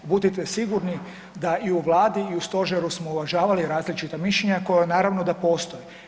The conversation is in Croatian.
Budite sigurni da i u Vladi i u stožeru smo uvažavali različita mišljenja koja naravno da postoje.